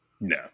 No